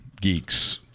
geeks